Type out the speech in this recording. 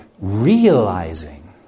realizing